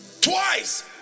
Twice